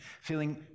feeling